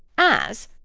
as,